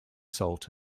salt